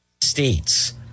states